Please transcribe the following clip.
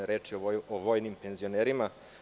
Reč je o vojnim penzionerima.